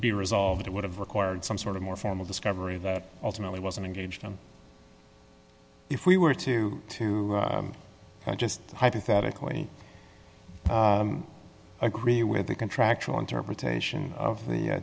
be resolved it would have required some sort of more formal discovery that ultimately wasn't engaged and if we were to to just hypothetical any agree with the contractual interpretation of the